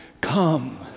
Come